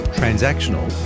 transactional